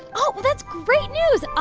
oh, that's great news. ah